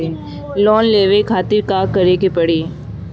Loan लेवे खातिर का करे के पड़ी?